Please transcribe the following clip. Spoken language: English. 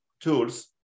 tools